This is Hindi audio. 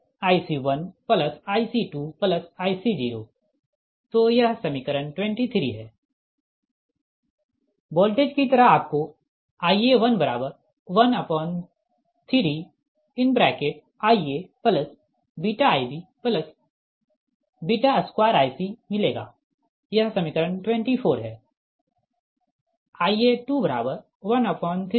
तो यह समीकरण 23 है वोल्टेज की तरह आपको Ia113IaβIb2Ic मिलेगा यह समीकरण 24 है